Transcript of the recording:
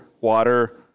water